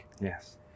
Yes